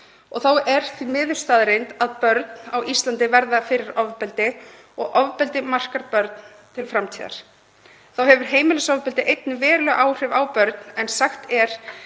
Það er því miður staðreynd að börn á Íslandi verða fyrir ofbeldi og ofbeldi markar börn til framtíðar. Þá hefur heimilisofbeldi einnig veruleg áhrif á börn en sagt er